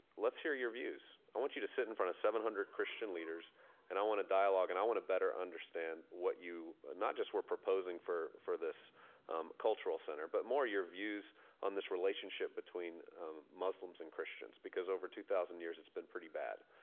let's hear your views. i want you to sit in front of seven hundred christian leaders and i want a dialogue and i want to better understand what you not just were proposing for for this um cultural center, but more your views on this relationship between muslims and christians because over two thousand years it's been pretty bad,